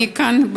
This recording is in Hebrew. ואני כאן,